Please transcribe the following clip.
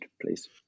Please